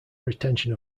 retention